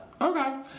Okay